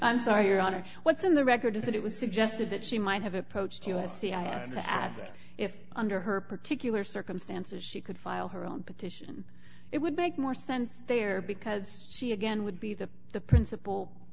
i'm sorry your honor what's in the record is that it was suggested that she might have approached us c i s to ask if under her particular circumstances she could file her own petition it would make more sense there because she again would be the the principal